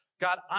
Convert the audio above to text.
God